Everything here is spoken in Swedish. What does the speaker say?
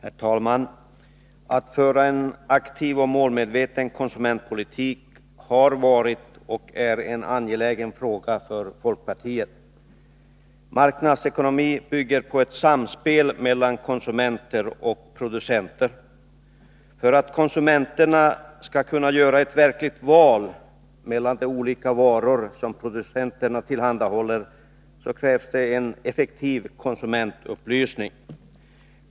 Herr talman! Att föra en aktiv och målmedveten konsumentpolitik har varit och är en angelägen fråga för folkpartiet. Marknadsekonomin bygger på ett samspel mellan konsumenter och producenter. För att konsumenterna skall kunna göra ett verkligt val mellan de olika varor som producenterna tillhandahåller krävs en effektiv konsumentupplysning.